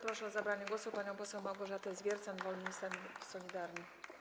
Proszę o zabranie głosu panią poseł Małgorzatę Zwiercan, Wolni i Solidarni.